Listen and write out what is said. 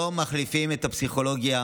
לא מחליפים את הפסיכולוגים,